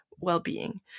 well-being